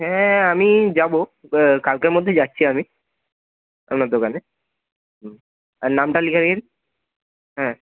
হ্যাঁ আমি যাব কালকের মধ্যেই যাচ্ছি আমি আপনার দোকানে আর নামটা লিখে নিন হ্যাঁ